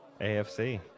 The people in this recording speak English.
AFC